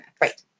Right